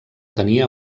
tenia